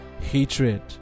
hatred